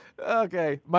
Okay